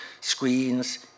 screens